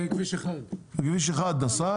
בכביש 1. בכביש 1 נסעת?